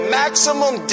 maximum